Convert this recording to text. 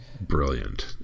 brilliant